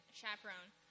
chaperone